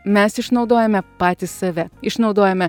mes išnaudojame patys save išnaudojame